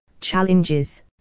challenges